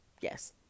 yes